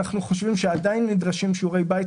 אנחנו חושבים שעדיין נדרשים שיעורי בית.